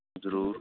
ਜ਼ਰੂਰ